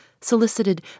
solicited